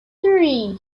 three